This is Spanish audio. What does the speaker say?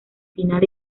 final